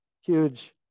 huge